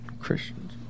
Christians